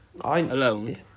alone